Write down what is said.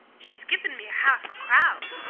she's given me half-a-crown.